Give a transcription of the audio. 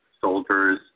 soldiers